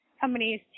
companies